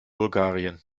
bulgarien